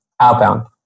outbound